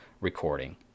recording